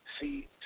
see